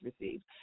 received